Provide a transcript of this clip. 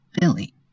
Billy